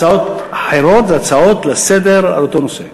הצעות אחרות אלו הצעות לסדר-היום על אותו נושא.